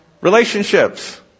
relationships